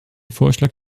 vorschlag